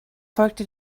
folgte